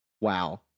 wow